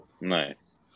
nice